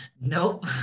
Nope